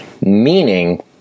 Meaning